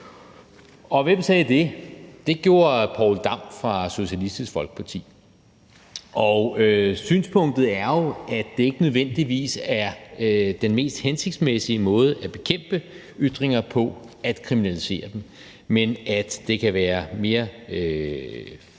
Hvem sagde det? Det gjorde Poul Dam fra Socialistisk Folkeparti. Og synspunktet er jo, at det ikke nødvendigvis er den mest hensigtsmæssige måde at bekæmpe ytringer på at kriminalisere dem, men at det kan være mere